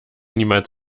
niemals